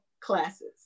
classes